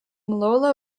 lola